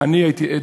אני הייתי עד,